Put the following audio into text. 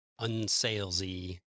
unsalesy